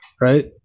right